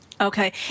Okay